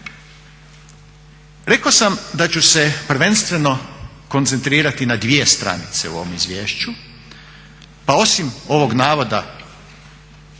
Rekao sam da ću se prvenstveno koncentrirati na dvije stranice u ovom izvješću, pa osim ovog navoda